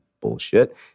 bullshit